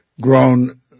grown